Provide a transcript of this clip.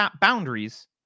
boundaries